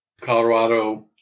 Colorado